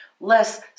less